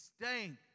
stank